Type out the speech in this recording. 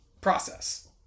process